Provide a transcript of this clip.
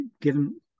given